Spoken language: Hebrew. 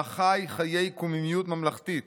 בה חי חיי קוממיות ממלכתית,